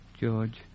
George